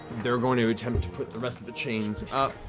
they're going to attempt to put the rest of the chains up